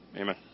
amen